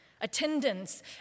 Attendance